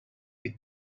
with